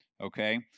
okay